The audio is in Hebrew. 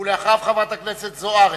ואחריו, חברת הכנסת זוארץ.